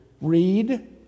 read